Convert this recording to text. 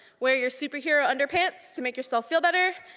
wear your superhero underpants to make yourself feel better,